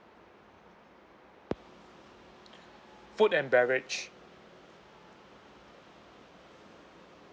food and beverage